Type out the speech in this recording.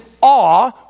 awe